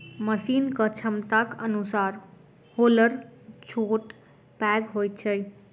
मशीनक क्षमताक अनुसार हौलर छोट पैघ होइत छै